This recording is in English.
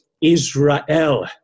Israel